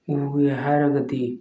ꯎꯒꯦ ꯍꯥꯏꯔꯒꯗꯤ